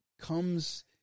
comes